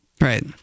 Right